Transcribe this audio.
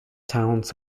towns